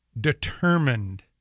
determined